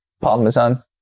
parmesan